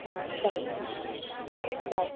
ಹಾಂ ಸರಿ ಬೈ